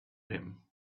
him